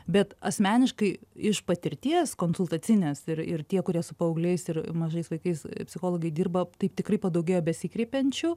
bet asmeniškai iš patirties konsultacinės ir ir tie kurie su paaugliais ir mažais vaikais psichologai dirba taip tikrai padaugėjo besikreipiančių